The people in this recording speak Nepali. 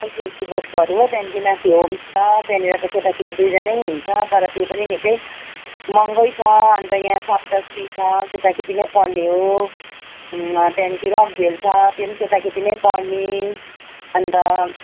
आइसिएससी बोर्डकोहरू हो त्यहाँदेखि माथि होम्स छ त्यहाँनिर त केटाकेटी दुईजना हुन्छ तर त्यो पनि निकै महँगै छ अन्त यहाँ सप्तश्री छ केटाकेटी नै पढ्ने हो त्यहाँदेखि रकभेल छ त्यो पनि केटाकेटी नै पढ्ने अन्त